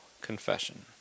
confession